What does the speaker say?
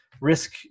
Risk